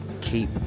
keep